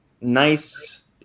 Nice